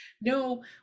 No